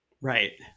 Right